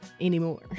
Anymore